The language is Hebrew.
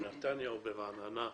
בנתניה או ברעננה,